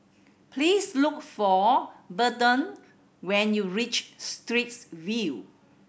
please look for Burton when you reach Straits View